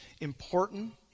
important